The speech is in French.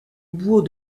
bourg